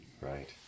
right